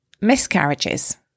miscarriages